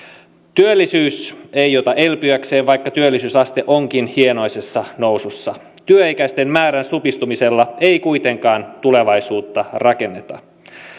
työllisyys ei ota elpyäkseen vaikka työllisyysaste onkin hienoisessa nousussa työikäisten määrän supistumisella ei kuitenkaan tulevaisuutta rakenneta